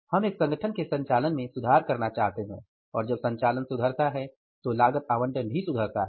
हम एक संगठन के संचालन में सुधार करना चाहते हैं और जब संचालन सुधरता है तो लागत आवंटन भी सुधरता है